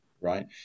right